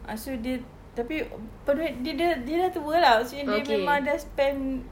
lepas itu dia tapi perit dia dia dia sudah tua lah so dia memang sudah spend